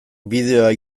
bideoa